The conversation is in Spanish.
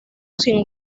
sin